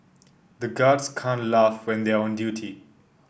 the guards can't laugh when they are on duty